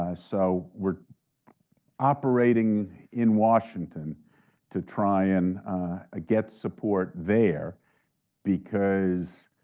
ah so we're operating in washington to try and ah get support there because